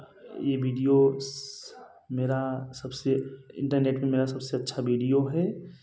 ये विडिओ मेरा सबसे इंटरनेट पर मेरा सब से अच्छा विडिओ है